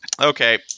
Okay